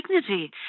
dignity